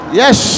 yes